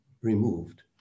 removed